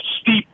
steep